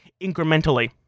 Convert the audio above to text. incrementally